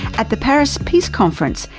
at the paris peace conference,